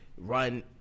run